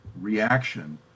reaction